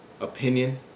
opinion